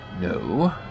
no